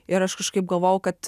ir aš kažkaip galvojau kad